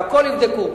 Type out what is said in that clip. והכול יבדקו.